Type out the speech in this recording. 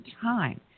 time